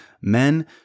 men